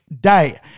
Day